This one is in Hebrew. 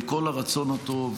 עם כל הרצון הטוב,